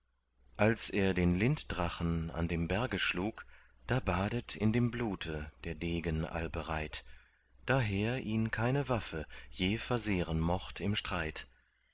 als er den linddrachen an dem berge schlug da badet in dem blute der degen allbereit daher ihn keine waffe je versehren mocht im streit